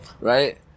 Right